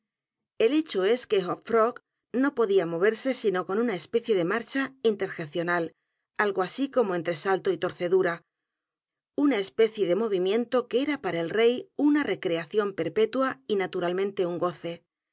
f r o g no podía moverse sino con una especie de marcha inlerjecional algo así como entre salto y tercedura una especie de movimiento que era p a r a el rey una recreación perpetua y naturalmente un g